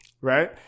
right